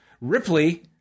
Ripley